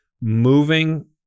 moving